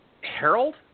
Harold